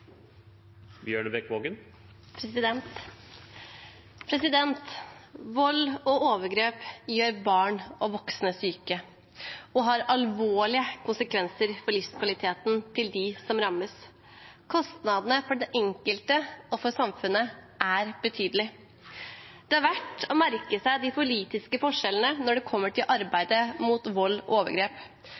Vold og overgrep gjør barn og voksne syke og har alvorlige konsekvenser for livskvaliteten til dem som rammes. Kostnadene for den enkelte og for samfunnet er betydelige. Det er verdt å merke seg de politiske forskjellene når det gjelder arbeidet mot vold og overgrep.